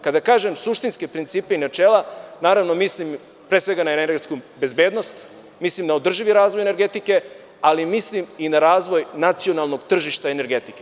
Kada kažem suštinske principe i načela, naravno mislim pre svega na energetsku bezbednost, mislim na održivi razvoj energetike, ali mislim i na razvoj nacionalnog tržišta energetike.